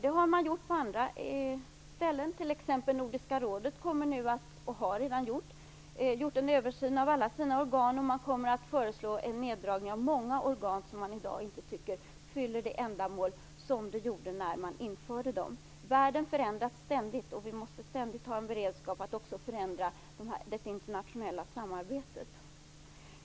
En sådan har gjorts på andra håll. Nordiska rådet har t.ex. gjort en översyn av alla sina organ, och man kommer att föreslå en neddragning av många organ som man i dag inte tycker fyller de ändamål som de infördes för. Världen förändras ständigt, och vi måste också alltid ha en beredskap att förändra det internationella samarbetet.